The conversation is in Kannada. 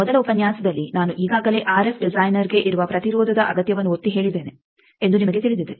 ನನ್ನ ಮೊದಲ ಉಪನ್ಯಾಸದಲ್ಲಿ ನಾನು ಈಗಾಗಲೇ ಆರ್ಎಫ್ ಡಿಸೈನರ್ಗೆ ಇರುವ ಪ್ರತಿರೋಧದ ಅಗತ್ಯವನ್ನು ಒತ್ತಿ ಹೇಳಿದ್ದೇನೆ ಎಂದು ನಿಮಗೆ ತಿಳಿದಿದೆ